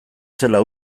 zela